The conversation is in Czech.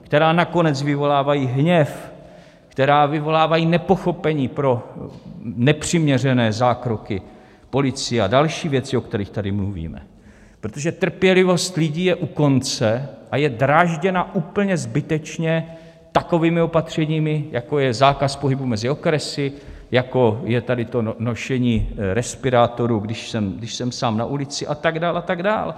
Která nakonec vyvolávají hněv, která vyvolávají nepochopení pro nepřiměřené zákroky policie a další věci, o kterých tady mluvíme, protože trpělivost lidí je u konce a je drážděna úplně zbytečně takovými opatřeními, jako je zákaz pohybu mezi okresy, jako je tady to nošení respirátoru, když jsem sám na ulici, a tak dál a tak dál.